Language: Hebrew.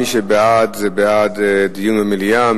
מי שבעד זה בעד דיון במליאה,